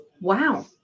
Wow